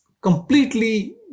completely